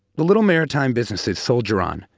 the little maritime businesses soldier on,